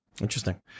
Interesting